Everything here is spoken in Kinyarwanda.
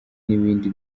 n’ibindi